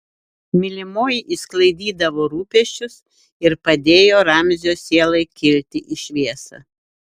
mylimoji išsklaidydavo rūpesčius ir padėjo ramzio sielai kilti į šviesą